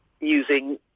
using